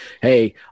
Hey